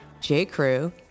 J.Crew